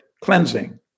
cleansing